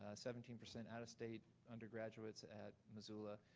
ah seventeen percent out-of-state undergraduates at missoula.